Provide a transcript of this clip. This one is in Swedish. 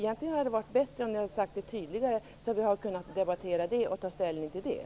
Det hade varit bättre om ni hade uttryckt det tydligare så att vi hade kunnat ta ställning till och debattera det.